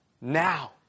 now